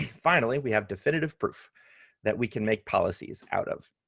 finally, we have definitive proof that we can make policies out of.